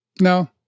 No